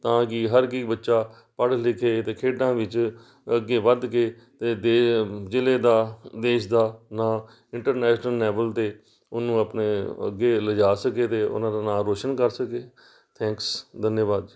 ਤਾਂ ਕਿ ਹਰ ਕਿ ਬੱਚਾ ਪੜ੍ਹ ਲਿਖੇ ਅਤੇ ਖੇਡਾਂ ਵਿੱਚ ਅੱਗੇ ਵੱਧ ਕੇ ਅਤੇ ਦੇ ਜਿਲ੍ਹੇ ਦਾ ਦੇਸ਼ ਦਾ ਨਾਂ ਇੰਟਰਨੈਸ਼ਨਲ ਲੈਵਲ 'ਤੇ ਉਹਨੂੰ ਆਪਣੇ ਅੱਗੇ ਲਿਜਾ ਸਕੇ ਅਤੇ ਉਹਨਾਂ ਦਾ ਨਾਂ ਰੋਸ਼ਨ ਕਰ ਸਕੇ ਥੈਂਕਸ ਧੰਨਵਾਦ ਜੀ